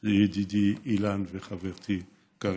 הם ידידי אילן וחברתי קארין.